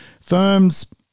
Firms